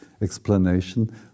explanation